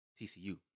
TCU